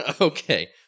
Okay